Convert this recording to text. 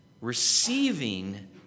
receiving